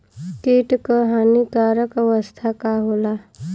कीट क हानिकारक अवस्था का होला?